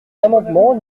l’amendement